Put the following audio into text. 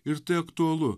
ir tai aktualu